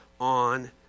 on